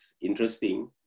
interesting